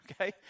Okay